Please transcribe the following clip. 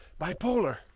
bipolar